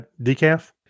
decaf